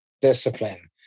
discipline